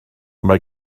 mae